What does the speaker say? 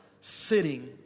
sitting